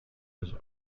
was